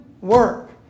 work